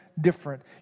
different